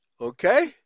Okay